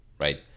right